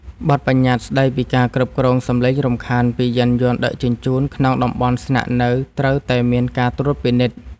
បទប្បញ្ញត្តិស្ដីពីការគ្រប់គ្រងសំឡេងរំខានពីយានយន្តដឹកជញ្ជូនក្នុងតំបន់ស្នាក់នៅត្រូវតែមានការត្រួតពិនិត្យ។